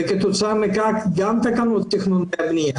וכתוצאה מכך גם תקנות התכנון והבנייה